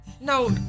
No